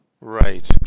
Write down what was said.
Right